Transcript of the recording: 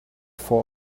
for